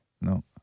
No